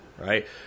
Right